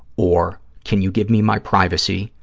or can you give me my privacy,